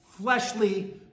fleshly